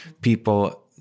people